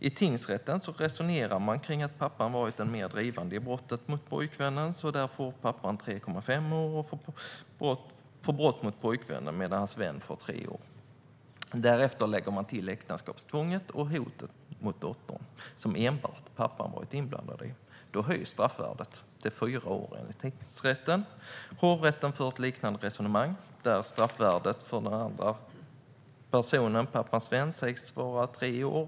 I tingsrätten resonerar man kring att pappan varit den mer drivande i brotten mot pojkvännen, så där får pappan tre och ett halvt år för brotten mot pojkvännen, medan hans vän får tre år. Därefter lägger man till äktenskapstvånget och hoten mot dottern, som enbart pappan varit inblandad i. Då höjs straffvärdet till fyra år, enligt tingsrätten. Hovrätten för ett liknande resonemang, där straffvärdet för den andra personen, pappans vän, sägs vara tre år.